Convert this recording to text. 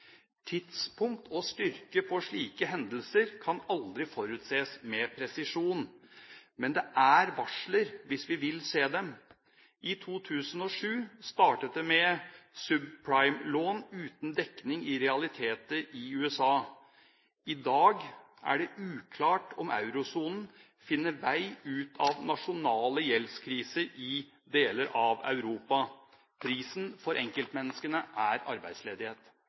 Tidspunkt og styrke på slike hendelser kan aldri forutses med presisjon. Men det er varsler, hvis vi vil se dem. I 2007 startet det med subprime-lån uten dekning i realiteter i USA. I dag er det uklart om eurosonen finner vei ut av nasjonale gjeldskriser i deler av Europa. Prisen for enkeltmenneskene er arbeidsledighet.